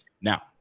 Now